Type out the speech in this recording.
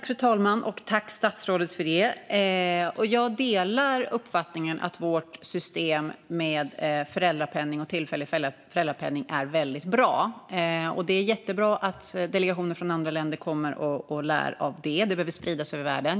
Fru talman! Jag delar uppfattningen att vårt system med föräldrapenning och tillfällig föräldrapenning är väldigt bra. Det är jättebra att delegationer från andra länder kommer och lär av det. Det behöver spridas över världen.